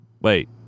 wait